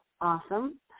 awesome